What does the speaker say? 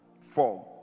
form